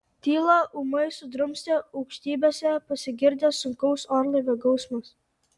tylą ūmai sudrumstė aukštybėse pasigirdęs sunkaus orlaivio gausmas